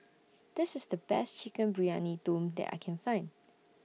This IS The Best Chicken Briyani Dum that I Can Find